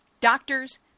doctors